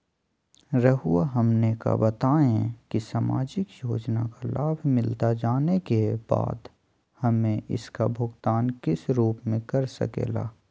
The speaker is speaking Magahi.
रहुआ हमने का बताएं की समाजिक योजना का लाभ मिलता जाने के बाद हमें इसका भुगतान किस रूप में कर सके ला?